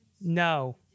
No